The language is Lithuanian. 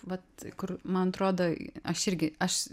vat kur man atrodo aš irgi aš